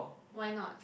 why not